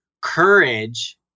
courage